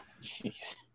Jeez